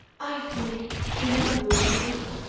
i fear he never will be again.